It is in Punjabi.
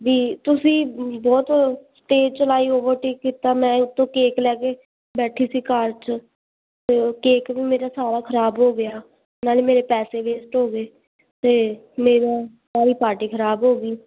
ਵੀ ਤੁਸੀਂ ਬਹੁਤ ਤੇਜ਼ ਚਲਾਈ ਓਵਰਟੇਕ ਕੀਤਾ ਮੈਂ ਉਤੋਂ ਕੇਕ ਲੈ ਕੇ ਬੈਠੀ ਸੀ ਕਾਰ 'ਚ ਅਤੇ ਉਹ ਕੇਕ ਵੀ ਮੇਰੇ ਸਾਰਾ ਖ਼ਰਾਬ ਹੋ ਗਿਆ ਨਾਲੇ ਮੇਰੇ ਪੈਸੇ ਵੇਸਟ ਹੋ ਗਏ ਅਤੇ ਮੇਰਾ ਸਾਰੀ ਪਾਰਟੀ ਖ਼ਰਾਬ ਹੋ ਗਈ